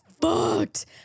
fucked